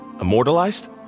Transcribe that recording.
Immortalized